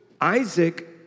Isaac